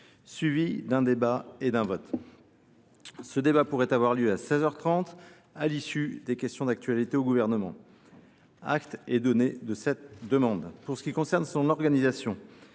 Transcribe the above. suivie d’un débat et d’un vote. Ce débat pourrait avoir lieu à seize heures trente, à l’issue des questions d’actualité au Gouvernement. Acte est donné de cette demande. Pour ce qui concerne son organisation,